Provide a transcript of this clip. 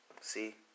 see